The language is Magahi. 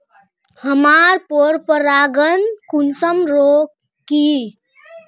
हमार पोरपरागण कुंसम रोकीई?